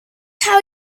how